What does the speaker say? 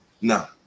No